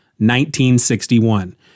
1961